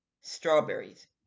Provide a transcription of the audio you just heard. strawberries